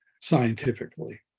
scientifically